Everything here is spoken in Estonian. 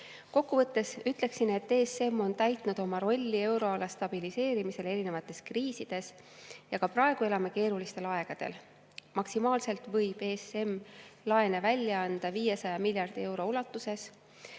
Kokku võttes ütleksin, et ESM on täitnud oma rolli euroala stabiliseerimisel kriisides ja ka praegu elame keerulistel aegadel. Maksimaalselt võib ESM laene välja anda 500 miljardi euro ulatuses.